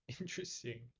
interesting